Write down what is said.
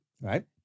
Right